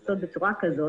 לנהוג בצורה כזו